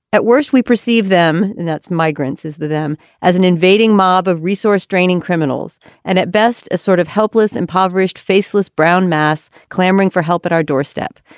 at worst, we perceive them and that's migrants' is them as an invading mob of resource draining criminals and at best a sort of helpless, impoverished, faceless, brown mass clamoring for help at our doorstep.